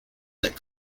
that